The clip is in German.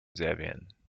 serbien